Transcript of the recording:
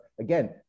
again